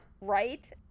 Right